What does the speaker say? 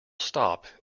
stop